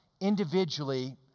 individually